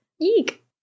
Eek